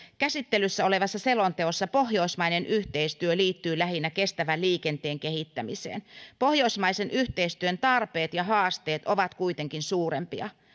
käsittelyssä olevassa selonteossa pohjoismainen yhteistyö liittyy lähinnä kestävän liikenteen kehittämiseen pohjoismaisen yhteistyön tarpeet ja haasteet ovat kuitenkin suurempia